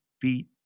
beat